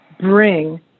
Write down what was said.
bring